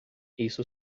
isso